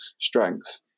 strength